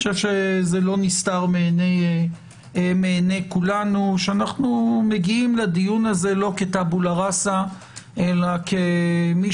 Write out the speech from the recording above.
זה לא נסתר מעיני כולנו שאנו מגיעים לדיון הזה לא כטבולה ראסה אלא כמי